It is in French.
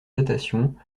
datation